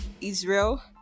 israel